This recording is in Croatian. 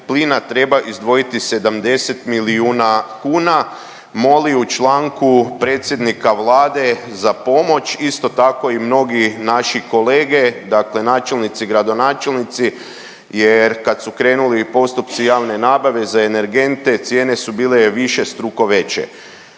plina treba izdvojiti 70 milijuna kuna, moli u članku predsjednika Vlade za pomoć. Isto tako i mnogi naši kolege, dakle načelnici, gradonačelnici jer kad su krenuli postupci javne nabave za energente cijene su bile višestruko veće.